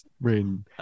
Rain